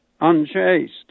unchaste